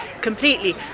completely